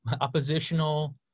oppositional